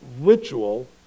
ritual